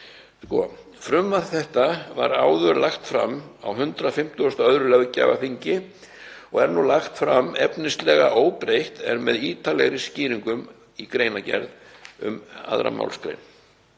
Frumvarp þetta var áður lagt fram á 152. löggjafarþingi og er nú lagt fram efnislega óbreytt en með ítarlegri skýringum í greinargerð um 2. gr.